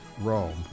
Rome